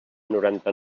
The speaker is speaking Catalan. noranta